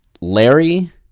Larry